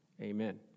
Amen